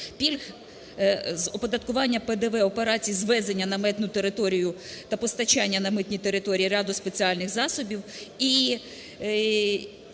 пільг з оподаткування ПДВ операцій з ввезення на митну територію та постачання на митні території ряду спеціальних засобів.